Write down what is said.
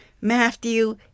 Matthew